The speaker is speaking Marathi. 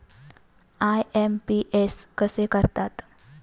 आय.एम.पी.एस कसे करतात?